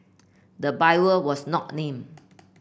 the buyer was not named